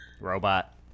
Robot